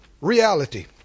reality